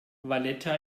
valletta